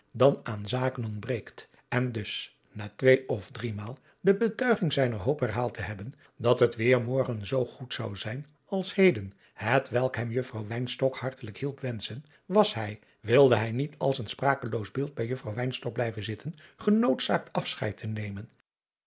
dan aan zaken ontbreekt en dus na twee of driemaal de betuiging zijner hoop herhaald te hebben dat het weêr morgen zoo goed zou zijn als heden hetwelk hem juffrouw wynstok hartelijk hielp wenschen was hij wilde hij niet als een sprakeloos beeld bij juffrouw wynstok blijven zitten genoodzaakt afscheid te nemen